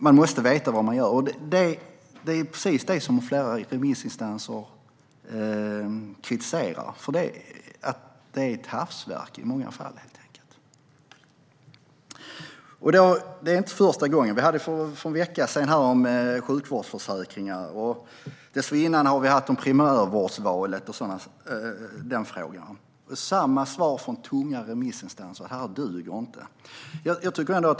Man måste veta vad man gör. Det är precis detta flera remissinstanser kritiserar; det är i många fall ett hafsverk. Det är inte första gången. För en vecka sedan gällde det sjukvårdsförsäkringar, och före det gällde det primärvårdsvalet. Det blir samma svar från tunga remissinstanser: Det här duger inte.